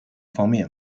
方面